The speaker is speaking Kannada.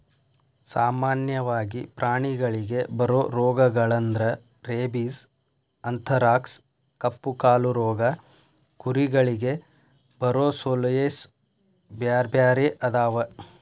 ಸಾಮನ್ಯವಾಗಿ ಪ್ರಾಣಿಗಳಿಗೆ ಬರೋ ರೋಗಗಳಂದ್ರ ರೇಬಿಸ್, ಅಂಥರಾಕ್ಸ್ ಕಪ್ಪುಕಾಲು ರೋಗ ಕುರಿಗಳಿಗೆ ಬರೊಸೋಲೇಸ್ ಬ್ಯಾರ್ಬ್ಯಾರೇ ಅದಾವ